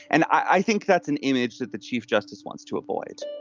and i think that's an image that the chief justice wants to avoid